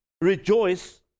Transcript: rejoice